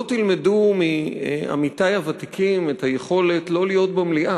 לא תלמדו מעמיתי הוותיקים את היכולת לא להיות במליאה.